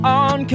on